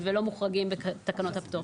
ולא מוחרגים בתקנות הפטור.